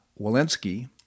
Walensky